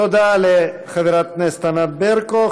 תודה לחברת הכנסת ענת ברקו.